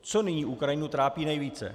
Co nyní Ukrajinu trápí nejvíce?